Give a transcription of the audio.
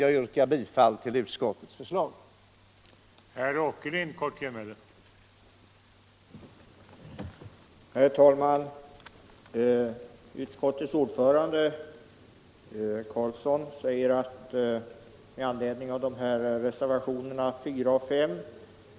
Jag yrkar bifall till utskottets hemställan.